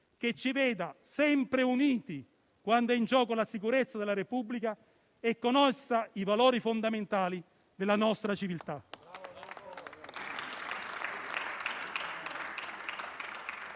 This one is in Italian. che ci veda sempre uniti quando è in gioco la sicurezza della Repubblica e, con essa, i valori fondamentali della nostra civiltà.